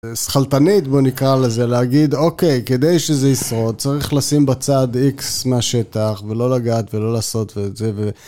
סחלטנית בואו נקרא לזה, להגיד אוקיי, כדי שזה ישרוד צריך לשים בצד X מהשטח ולא לגעת ולא לעשות וזה ו...